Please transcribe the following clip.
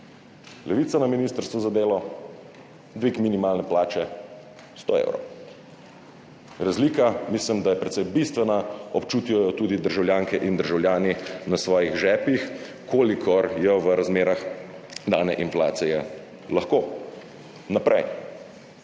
Levica na ministrstvu za delo – dvig minimalne plače 100 evrov. Razlika je mislim, da precej bistvena, občutijo jo tudi državljanke in državljani v svojih žepih, kolikor jo v razmerah dane inflacije lahko. Naprej.